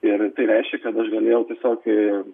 ir tai reiškia kad aš galėjau tiesiog